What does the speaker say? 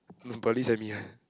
police and me ah